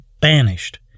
banished